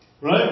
Right